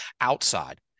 outside